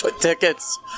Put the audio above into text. tickets